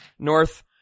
north